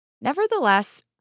Nevertheless